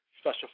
special